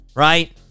Right